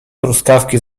truskawki